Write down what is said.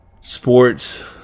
sports